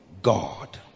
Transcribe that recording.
god